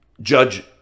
Judge